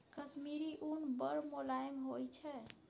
कश्मीरी उन बड़ मोलायम होइ छै